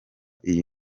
iyi